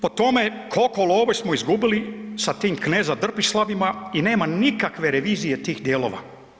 Po tome koliko love smo izgubili sa tim kneza „Drpislavima“ i nema nikakve revizije tih dijelova.